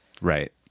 Right